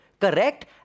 correct